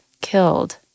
killed